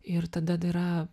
ir tada dira